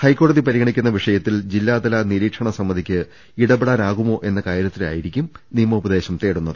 ഹൈക്കോ ടതി പരിഗണിക്കുന്ന വിഷയത്തിൽ ജില്ലാതല നിരീക്ഷണസമിതിക്ക് ഇടപെടാനാകുമോ എന്ന കാര്യത്തിലായിരിക്കും നിയമോപദേശം തേടുന്നത്